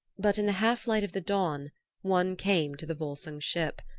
but in the half light of the dawn one came to the volsung ship.